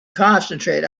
concentrate